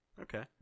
Okay